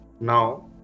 now